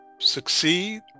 succeed